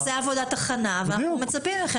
אז זו עבודת הכנה ואנחנו מצפים מכם